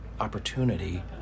Opportunity